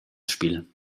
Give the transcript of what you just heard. spiel